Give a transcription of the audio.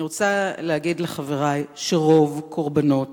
אני רוצה להגיד לחברי שרוב קורבנות